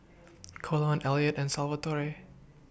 Colon Elliot and Salvatore